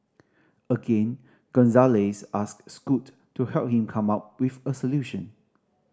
again Gonzalez asked Scoot to help him come up with a solution